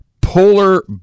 Polar